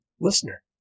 listener